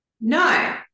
No